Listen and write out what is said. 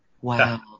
wow